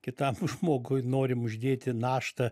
kitam žmogui norim uždėti naštą